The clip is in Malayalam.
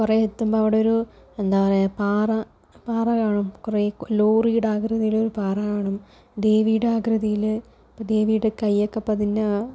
കുറേ എത്തുമ്പോൾ അവിടെ ഒരു എന്താ പറയുക പാറ പാറ കാണും കുറേ ലോറിയുടെ ആകൃതിലൊരു പാറ കാണും ദേവിയുടെ ആകൃതിൽ ദേവിയുടെ കയ്യൊക്കെ പതിഞ്ഞ